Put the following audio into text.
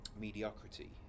mediocrity